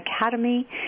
academy